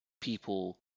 people